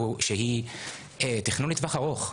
שהיא תכנון לטווח ארוך,